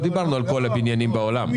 לא דיברנו על כל הבניינים בעולם.